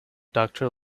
doctor